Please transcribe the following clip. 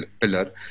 pillar